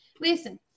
listen